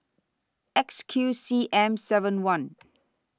X Q C M seven one